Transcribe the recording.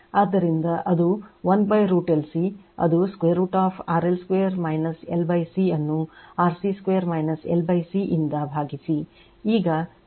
ಆದ್ದರಿಂದ ಅದು1√LC ಅದು√ RL2 LC ಅನ್ನುRC2 LC ಇಂದ ಭಾಗಿಸಿ